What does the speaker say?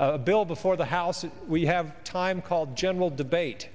a bill before the house we have time called general debate